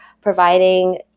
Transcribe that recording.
providing